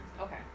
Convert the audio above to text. Okay